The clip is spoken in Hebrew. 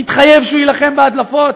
התחייב שיילחם בהדלפות.